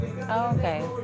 Okay